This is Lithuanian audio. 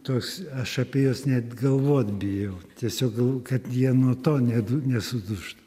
toks aš apie juos net galvot bijau tiesiog galvo kad jie nuo to ne nesudužtų